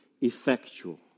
effectual